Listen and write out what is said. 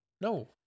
No